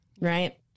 right